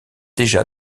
déjà